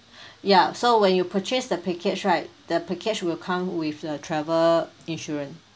ya so when you purchase the package right the package will come with a travel insurance